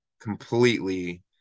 completely